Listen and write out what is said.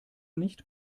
nicht